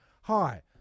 Hi